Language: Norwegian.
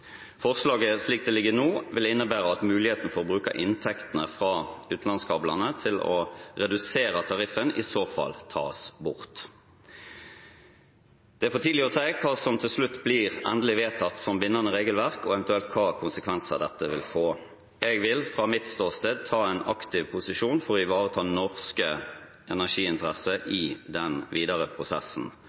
Forslaget, slik det ligger nå, vil innebære at muligheten for å bruke inntektene fra utenlandskablene til å redusere tariffen, i så fall tas bort. Det er for tidlig å si hva som til slutt blir endelig vedtatt som bindende regelverk og eventuelt hvilke konsekvenser dette vil få. Jeg vil fra mitt ståsted ta en aktiv posisjon for å ivareta norske energiinteresser i den videre prosessen.